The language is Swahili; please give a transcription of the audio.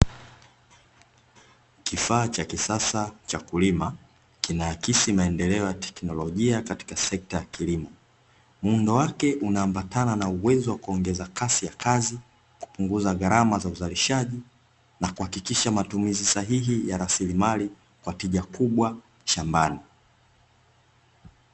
Kifaa cha kisasa cha kulima kinaakisi maendeleo ya tekinolojia Katika sekta ya kilimo muundo wake unaambatana na uwezo wa kuongeza kasi ya kazi, kupunguza gharama za uzalishaji na kuhakikisha matumizi sahihi ya rasimali kwa tija kubwa shambani.